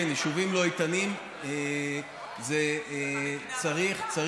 כן, יישובים לא איתנים, צריך, המדינה מחליטה.